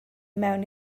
mewn